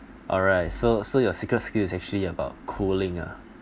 alright so so your secret skill is actually about cooling ah